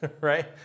right